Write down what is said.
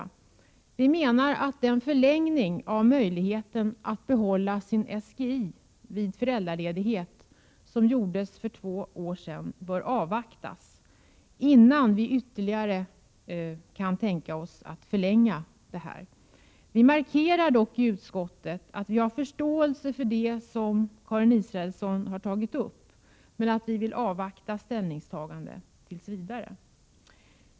Möjligheten att få förlängning av sin SGI vid föräldraledighet som infördes för två år sedan bör avvaktas, innan ytterligare förlängning kan diskuteras. Vi markerar dock i utskottet att vi har förståelse för det som Karin Israelsson tar upp, men vi vill avvakta med vårt ställningstagande tills vidare.